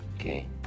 Okay